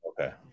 Okay